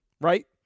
right